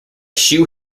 shou